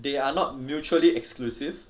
they are not mutually exclusive